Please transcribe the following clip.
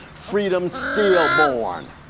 freedom stillborn.